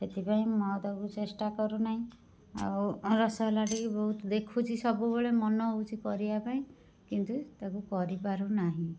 ସେଥିପାଇଁ ମୁଁ ଆଉ ତାକୁ ଚେଷ୍ଟା କରୁନାହିଁ ଆଉ ରସଗୋଲାଟିକୁ ବହୁତ ଦେଖୁଛି ସବୁବେଳେ ମନ ହେଉଛି କରିବା ପାଇଁ କିନ୍ତୁ ତାକୁ କରିପାରୁନାହିଁ